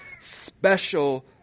special